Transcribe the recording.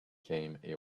came